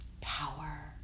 power